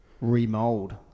remold